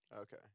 Okay